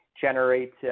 generate